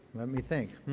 let me think.